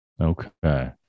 Okay